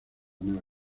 nave